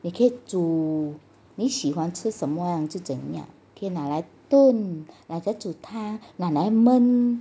你可以煮你喜欢吃什么就怎样可以以拿来炖拿来煮汤拿来焖